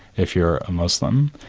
if you're a muslim.